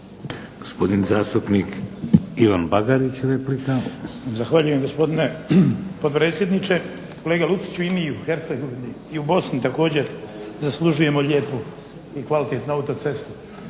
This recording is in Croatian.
Gospodin zastupnik Ivan Bagarić, replika. **Bagarić, Ivan (HDZ)** Zahvaljujem, gospodine potpredsjedniče. Kolega Luciću, i mi u Hercegovini i u Bosni također zaslužujemo lijepu i kvalitetnu autocestu.